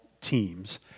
teams